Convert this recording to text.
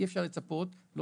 אני